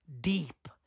deep